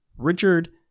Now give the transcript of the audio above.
Richard